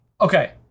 Okay